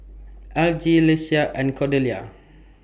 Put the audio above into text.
Algie Leesa and Cordelia